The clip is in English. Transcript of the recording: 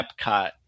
Epcot